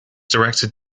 directed